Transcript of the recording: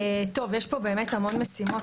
יש פה המון משימות,